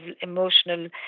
emotional